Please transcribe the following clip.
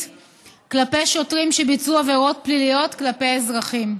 כלפי שוטרים שביצעו עבירות פליליות כלפי אזרחים.